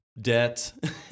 debt